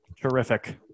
Terrific